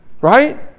right